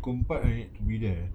pukul empat I need to be there